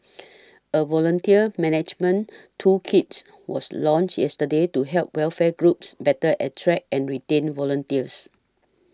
a volunteer management toolkits was launched yesterday to help welfare groups better attract and retain volunteers